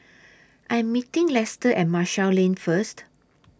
I Am meeting Lester At Marshall Lane First